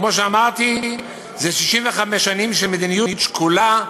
כמו שאמרתי, זה 65 שנים של מדיניות שקולה,